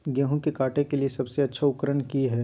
गेहूं के काटे के लिए सबसे अच्छा उकरन की है?